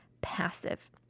passive